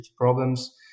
problems